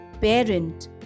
parent